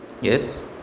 yes